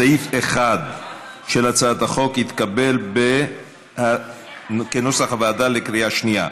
סעיף 1 של הצעת החוק התקבל כנוסח הוועדה בקריאה שנייה.